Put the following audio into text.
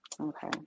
Okay